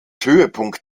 höhepunkt